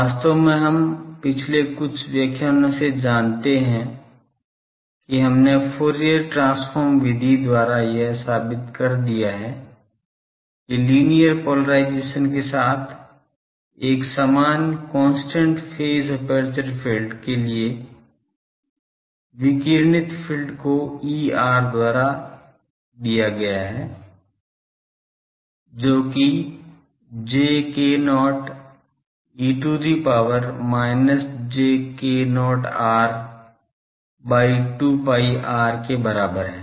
वास्तव में हम पिछले कुछ व्याख्यानों से जानते हैं कि हमने फूरियर ट्रांसफॉर्म विधि द्वारा यह साबित कर दिया है कि लीनियर पोलेराइज़ेशन के साथ एक समान कांस्टेंट फेज अपर्चर फील्ड के लिए विकिरणित फ़ील्ड को E द्वारा दिया गया है जो j k0 e to the power minus j k0 r by 2 pi r के बराबर है